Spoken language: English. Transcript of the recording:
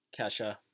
Kesha